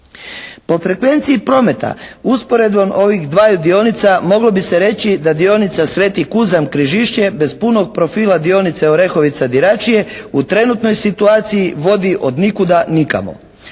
Po frekvenciji prometa usporedbom ovih dvaju dionica moglo bi se reći da dionica Sveti Kuzam Križišće bez punog profila dionice Orehovica-Diračije u trenutnoj situaciji vodi od nikuda nikamo.